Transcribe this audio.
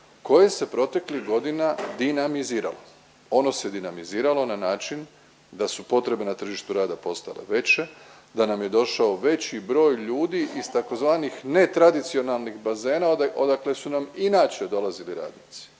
koje se proteklih godina dinamiziralo. Ono se dinamiziralo na način da su potrebe na tržištu rada postale veće, da nam je došao veći broj ljudi iz tzv. netradicionalnih bazena odakle su nam i inače dolazili radnici.